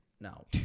No